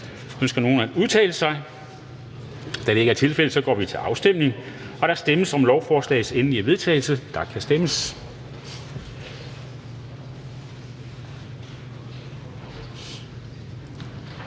så får de muligheden. Det er ikke tilfældet, så vi går til afstemning. Der stemmes om lovforslagets endelige vedtagelse, og der kan stemmes.